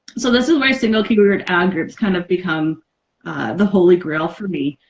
so, this is where single keyword ad groups, kind of, become the holy grail for me.